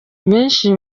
benshi